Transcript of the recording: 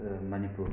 Manipur